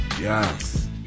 Yes